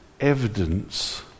evidence